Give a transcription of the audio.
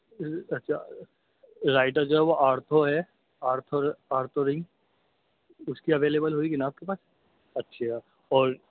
اچھا رائٹر جو ہے وہ آرتھو ہے آرتھورئی اس کی اویلیبل ہوئےگی نا آپ کے پاس اچھا اور